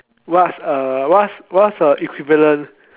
what's a what's what's a equivalent